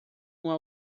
uma